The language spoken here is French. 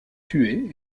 tué